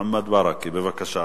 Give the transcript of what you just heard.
מוחמד ברכה, בבקשה.